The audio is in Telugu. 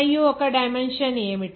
miu యొక్క డైమెన్షన్ ఏమిటి